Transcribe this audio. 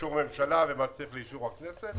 לאישור ממשלה ומה שצריך לאישור הכנסת,